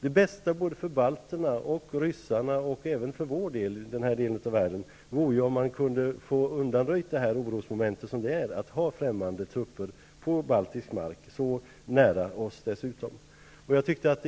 Det bästa såväl för balterna och ryssarna som för oss i vår del av världen vore om det gick att undanröja det orosmoment som det innebär att ha främmande trupper på baltisk mark -- och dessutom så nära oss.